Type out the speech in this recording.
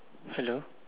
hello